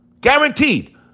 guaranteed